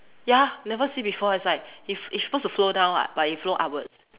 ya never see before it's like it's it's supposed to flow down [what] but it flow upwards